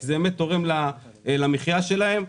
זה תורם למחייה שלהם.